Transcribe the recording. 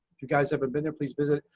you guys haven't been there, please visit,